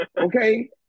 Okay